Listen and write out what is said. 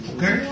Okay